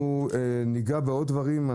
אנחנו ניגע בעוד דברים.